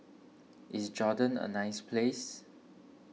is Jordan a nice place